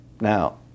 Now